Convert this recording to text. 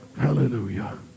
hallelujah